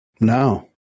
No